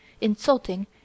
insulting